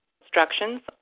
instructions